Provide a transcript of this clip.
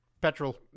petrol